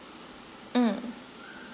mm